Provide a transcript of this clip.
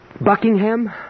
Buckingham